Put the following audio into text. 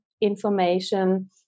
information